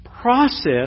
process